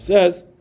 Says